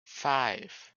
five